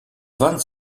vingt